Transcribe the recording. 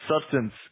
substance